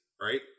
right